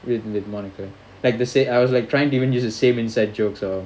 with with monica like the sa~ I was like trying to even use the same inside jokes or